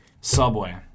Subway